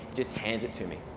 just hands it to me.